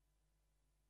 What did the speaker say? התממש?